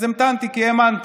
אז המתנתי כי האמנתי.